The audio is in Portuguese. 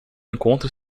encontra